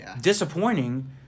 disappointing